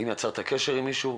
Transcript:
האם יצרת קשר עם מישהו?